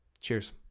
Cheers